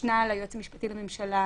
המשנה ליועץ המשפטי לממשלה